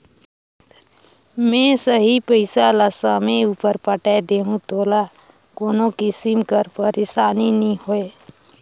में सही पइसा ल समे उपर पटाए देहूं तोला कोनो किसिम कर पइरसानी नी होए